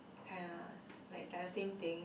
kinda like it's like the same thing